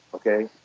okay?